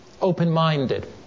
open-minded